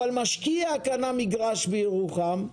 אבל אם המשקיע קנה מגרש בירוחם,